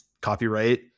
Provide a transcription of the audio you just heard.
copyright